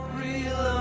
real